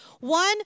One